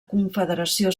confederació